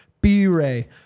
B-Ray